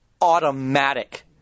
automatic